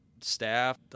staff